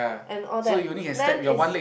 and all that then is